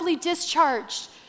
discharged